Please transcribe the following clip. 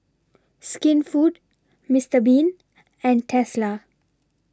Skinfood Mister Bean and Tesla